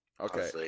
okay